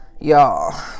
y'all